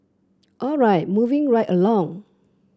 all right moving right along